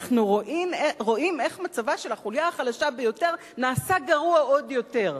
אנחנו רואים איך מצבה של החוליה החלשה ביותר נעשה גרוע עוד יותר.